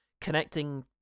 connecting